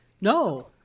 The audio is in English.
no